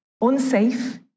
unsafe